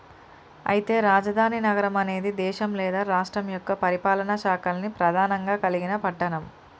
అయితే రాజధాని నగరం అనేది దేశం లేదా రాష్ట్రం యొక్క పరిపాలనా శాఖల్ని ప్రధానంగా కలిగిన పట్టణం